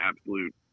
absolute